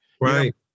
Right